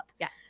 Yes